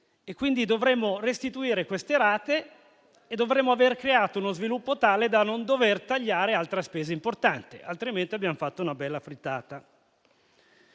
quindi restituire queste rate e aver creato uno sviluppo tale da non dover tagliare altra spesa importante, altrimenti avremo fatto una bella frittata.